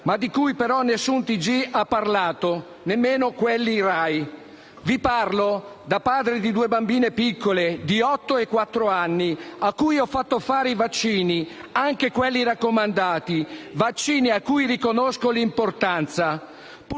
ma di cui nessun telegiornale ha parlato, nemmeno quelli della RAI. Vi parlo da padre di due bambine piccole, di otto e quattro anni, a cui ho fatto fare i vaccini, anche quelli raccomandati, vaccini di cui riconosco l'importanza.